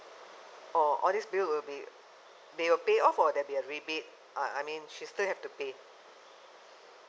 oh all this bill will be they will pay off or there'll be a rebate uh I mean she still have to pay